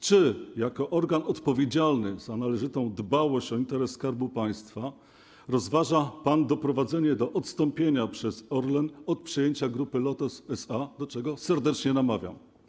Czy jako organ odpowiedzialny za należytą dbałość o interes Skarbu Państwa rozważa pan doprowadzenie do odstąpienia przez Orlen od przejęcia Grupy Lotos SA, do czego serdecznie namawiam?